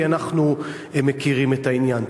כי אנחנו מכירים את העניין.